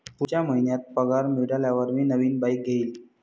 पुढच्या महिन्यात पगार मिळाल्यावर मी नवीन बाईक घेईन